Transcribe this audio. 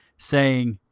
saying,